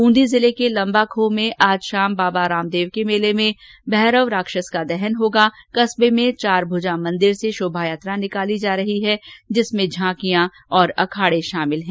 ब्रंदी जिले के लम्बाखोह में आज शाम बाबा रामदेव के मेले में मैरव राक्षस का दहन होगा कर्सबे में चारभूजा मंदिर से शोभायात्रा निकाली जा रही है जिसमें झांकियां और अखाड़े शामिल हैं